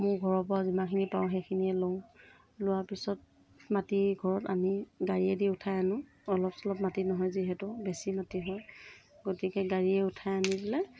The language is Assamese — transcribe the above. মোৰ ঘৰৰ পৰাও যিমানখিনি পাৰোঁ সেইখিনিয়ে লওঁ লোৱাৰ পিছত মাটি ঘৰত আনি গাড়ীয়েদি উঠাই আনো অলপ চলপ মাটি নহয় যিহেতু বেছি মাটি হয় গতিকে গাড়ীয়ে উঠাই আনিলে